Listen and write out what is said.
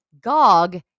Gog